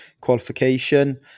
qualification